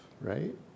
right